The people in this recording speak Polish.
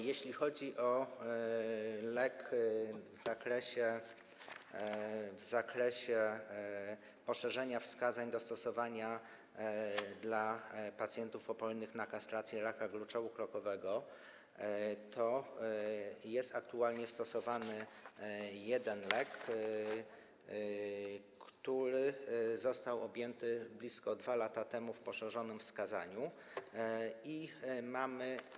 Jeśli chodzi o lek w zakresie poszerzenia wskazań do stosowania dla pacjentów opornych na kastrację raka gruczołu krokowego, to jest aktualnie stosowany jeden lek, który został objęty blisko 2 lata temu poszerzonym wskazaniem.